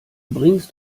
bringst